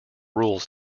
rules